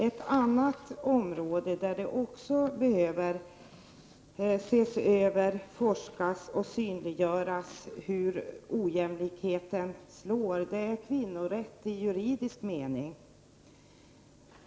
Ett annat område där man också behöver se över, forska om och synliggöra hur ojämlikheten slår, är kvinnorätten i juridisk mening.